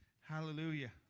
Hallelujah